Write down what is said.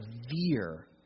severe